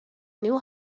knew